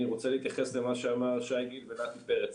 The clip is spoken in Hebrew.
אני רוצה להתייחס למה שאמר שי גיל ונתי פרץ.